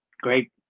great